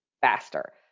faster